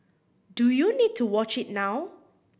do you need to watch it now